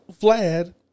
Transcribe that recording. Vlad